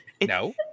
No